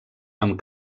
amb